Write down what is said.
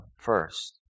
first